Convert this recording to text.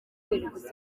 abanyarwanda